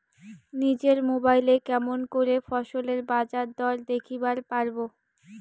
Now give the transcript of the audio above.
নিজের মোবাইলে কেমন করে ফসলের বাজারদর দেখিবার পারবো?